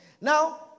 Now